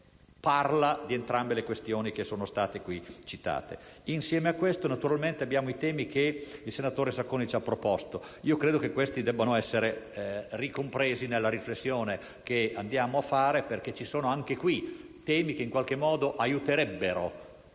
parla di entrambe le questioni che sono state qui citate. Insieme a questo naturalmente abbiamo i temi che il senatore Sacconi ci ha proposto. Io credo che questi debbano essere ricompresi nella riflessione che andiamo a fare, perché essi in qualche modo aiuterebbero